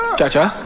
daughter